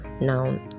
now